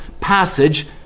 passage